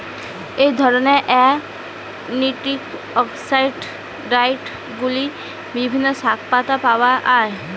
এই ধরনের অ্যান্টিঅক্সিড্যান্টগুলি বিভিন্ন শাকপাতায় পাওয়া য়ায়